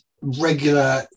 regular